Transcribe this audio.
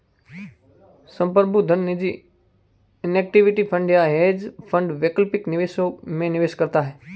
संप्रभु धन निजी इक्विटी फंड या हेज फंड वैकल्पिक निवेशों में निवेश करता है